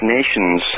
Nations